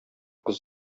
кыз